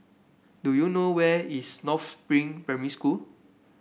do you know where is North Spring Primary School